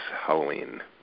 Halloween